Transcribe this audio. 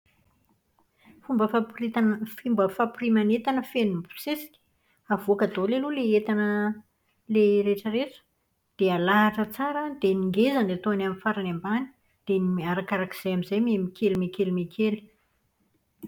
Fomba famporeta- fomba fampirimana entana feno mibosesika. Avoaka daholo aloha ilay entana ilay rehetra rehetra. Dia alahatra tsara dia ny ngeza no atao any amin'ny farany ambany dia arakarak'izay amin'izay mihakely mihekly mihakely.